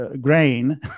grain